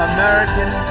American